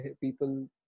people